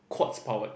quartz powered